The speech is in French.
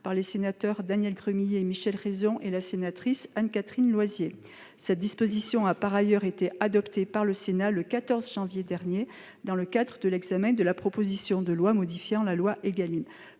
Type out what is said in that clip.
par nos collègues Daniel Gremillet, Michel Raison et Anne-Catherine Loisier. Cette disposition a par ailleurs été adoptée par le Sénat le 14 janvier dernier, dans le cadre de l'examen de la proposition de loi modifiant la loi Égalim.